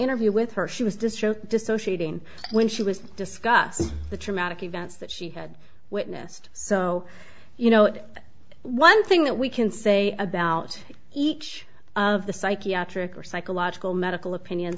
interview with her she was distraught dissociating when she was discussing the traumatic events that she had witnessed so you know what one thing that we can say about each of the psychiatric or psychological medical opinion